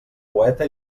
poeta